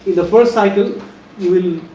the first cycle you will